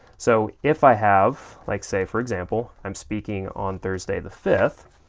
so, if i have, like say for example, i'm speaking on thursday the fifth.